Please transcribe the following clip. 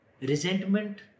Resentment